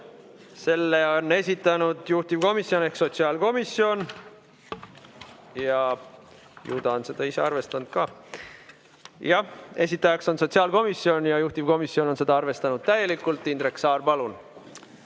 Selle on esitanud juhtivkomisjon ehk sotsiaalkomisjon ja ju ta on seda ise arvestanud ka. Jah, esitaja on sotsiaalkomisjon ja juhtivkomisjon on seda arvestanud täielikult. Indrek Saar, palun!